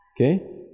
Okay